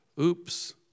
Oops